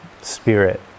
Spirit